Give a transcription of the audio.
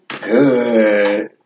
Good